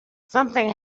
something